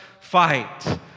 fight